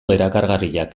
erakargarriak